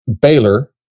Baylor